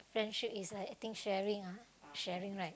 friendship is like I think sharing ah sharing right